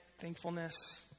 thankfulness